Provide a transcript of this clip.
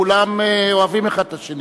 כולם אוהבים אחד את השני.